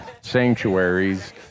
sanctuaries